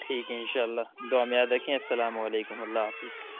ٹھیک ہے ان شاء اللہ دعا میں یاد رکھیں السلام علیکم اللہ حافظ